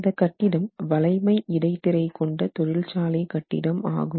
இந்த கட்டிடம் வளைமை இடைத்திரை கொண்ட தொழிற்சாலை கட்டிடம் ஆகும்